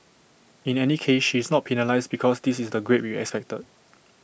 in any case she is not penalised because this is the grade we excited